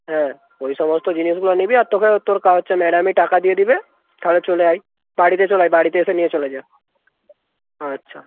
হ্যাঁ ওই সমস্ত জিনিসগুলো নিবি আর তোকে তোর হচ্ছে ম্যাডামই টাকা দিয়ে দেবে তাহলে চলে আয় বাড়িতে চলে আয় বাড়িতে এসে নিয়ে চলে যা আচ্ছা